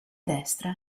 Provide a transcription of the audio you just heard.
destra